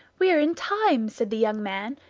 we are in time, said the young man,